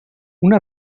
una